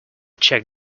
check